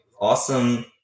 awesome